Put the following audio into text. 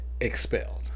expelled